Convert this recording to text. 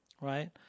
Right